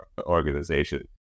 organization